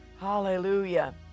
Hallelujah